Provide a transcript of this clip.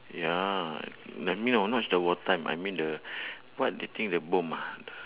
ya I mean I'm not the war time I mean the what the thing the bomb ah th~